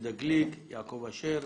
יהודה גליק, יעקב אשר,